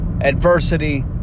adversity